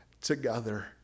together